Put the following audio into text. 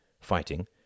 fighting